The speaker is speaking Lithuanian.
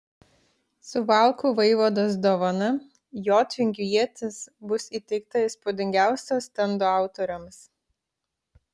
suvalkų vaivados dovana jotvingių ietis bus įteikta įspūdingiausio stendo autoriams